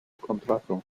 contrato